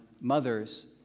mothers